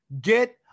Get